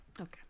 Okay